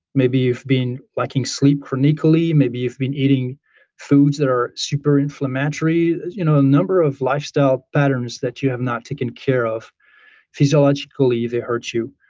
maybe you've been lacking sleep chronically. maybe you've been eating foods that are super inflammatory. you know a number of lifestyle patterns that you have not taken care of physiologically they hurt you.